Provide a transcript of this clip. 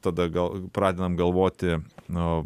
tada gal pradedam galvoti na